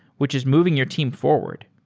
which is moving your team forward.